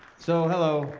so hello,